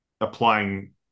applying